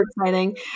exciting